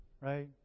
right